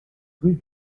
rue